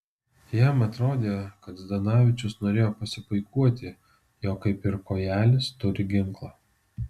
jam atrodė kad zdanavičius norėjo pasipuikuoti jog kaip ir kojelis turi ginklą